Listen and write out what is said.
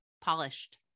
Polished